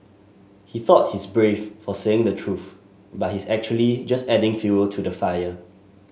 he thought he's brave for saying the truth but he's actually just adding fuel to the fire